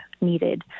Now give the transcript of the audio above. needed